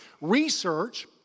research